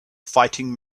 fighting